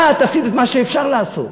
את עשית את מה שאפשר לעשות.